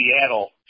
Seattle